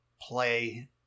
play